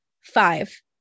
five